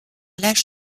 l’âge